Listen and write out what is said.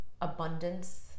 abundance